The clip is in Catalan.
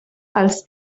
els